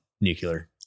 nuclear